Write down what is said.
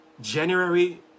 January